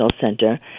center